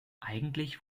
eigentlich